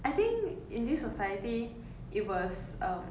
I think in this society it was um